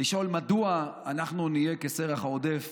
לשאול מדוע אנחנו נהיה כסרח עודף